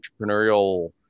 entrepreneurial